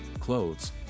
clothes